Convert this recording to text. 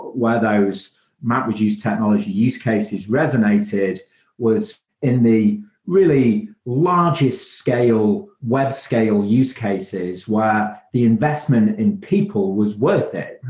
where those mapreduce technology use cases resonated was in the really largest scale, web scale use cases were the investment in people was worth it.